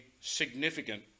significant